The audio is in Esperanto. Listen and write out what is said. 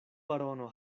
barono